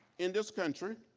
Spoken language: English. in this country,